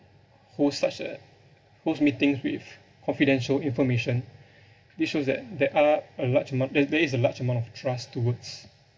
host such a host meetings with confidential information this shows that there are a large amount there there is a large amount of trust towards